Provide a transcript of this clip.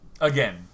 again